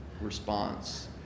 response